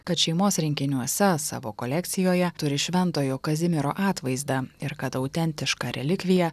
kad šeimos rinkiniuose savo kolekcijoje turi šventojo kazimiero atvaizdą ir kad autentišką relikviją